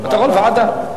אתה יכול, ועדה.